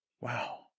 Wow